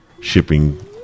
shipping